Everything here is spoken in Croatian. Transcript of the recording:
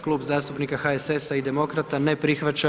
Klub zastupnika HSS-a i Demokrata, ne prihvaća.